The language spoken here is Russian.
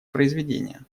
произведения